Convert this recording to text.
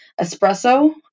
espresso